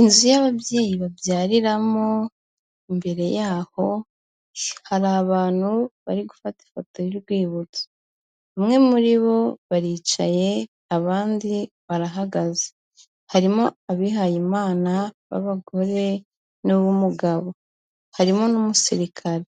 Inzu y'ababyeyi babyariramo, imbere y'aho hari abantu bari gufata ifoto y'urwibutso, bamwe muri bo baricaye abandi barahagaze, harimo abihayimana b'abagore n'umugabo, harimo n'umusirikare,